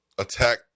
attack